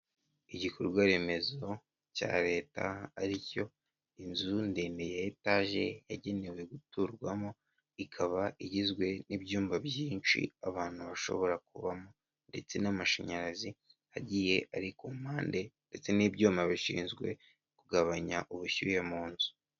Igikorwa remezo cya leta aricyo inzu ndende ya etage yagenewe guturwamo ikaba igizwe n'ibyumba byinshi abantu bashobora kubamo ndetse n'amashanyarazi agiye ari ku mpande n'ibyuma bishinzwe kugabanya ubushyuhe mu nzu.